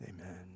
amen